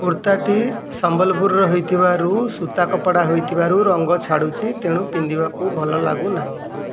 କୁର୍ତ୍ତାଟି ସମ୍ବଲପୁରର ହୋଇଥିବାରୁ ସୁତା କପଡ଼ା ହୋଇଥିବାରୁ ରଙ୍ଗ ଛାଡ଼ୁଛି ତେଣୁ ପିନ୍ଧିବାକୁ ଭଲ ଲାଗୁନାହିଁ